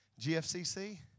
GFCC